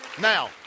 Now